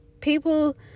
people